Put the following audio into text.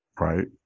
Right